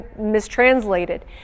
mistranslated